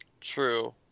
True